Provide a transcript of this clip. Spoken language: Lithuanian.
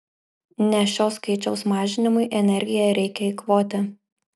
ne šio skaičiaus mažinimui energiją reikia eikvoti